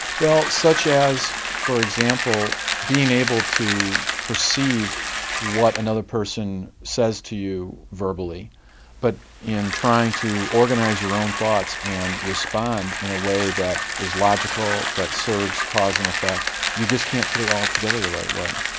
well such as for example being able to perceive what another person says to you verbally but in trying to organise your own thoughts and respond in a way that is logical, that serves cause and effect, you just can't put it all together the right way.